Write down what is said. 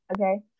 okay